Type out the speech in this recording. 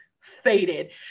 faded